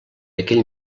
aquell